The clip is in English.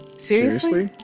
seriously?